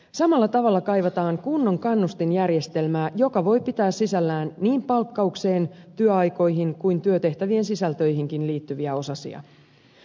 samalla tavalla kaivataan kunnon kannustinjärjestelmää joka voi pitää sisällään niin palkkaukseen työaikoihin kuin työtehtävien sisältöihinkin liittyviä osasia